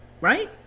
right